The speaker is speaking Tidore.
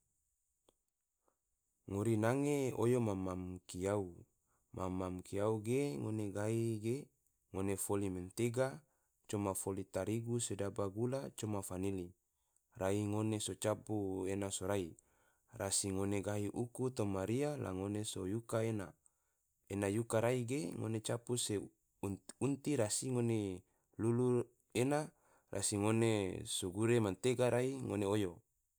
ngori nange oyo mam mam kiau, mam mam kiau ge ngone gahi ge, ngone foli mentega coma foli tarigu sedaba gula coma fanili, rai ngone so capu gena sorai rasi ngone gahi uku toma ria la ngone so yuka ena, ena yuka rai ge ngone capu se unti rasi ngone lulu ena rasi ngone sogure mentega rai ngone oyo